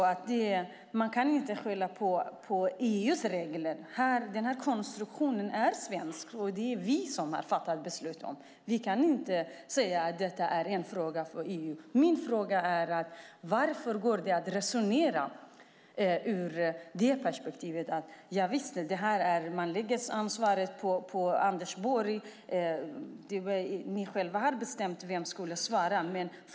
Man kan inte skylla på EU:s regler här. Den här konstruktionen är svensk, och det är vi som har fattat beslutet. Vi kan inte säga att detta är en fråga för EU. Hur kan man resonera ur det perspektivet? Man lägger ansvaret på Anders Borg. Det är ni själva i regeringen som har bestämt vem som skulle svara på interpellationen.